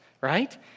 right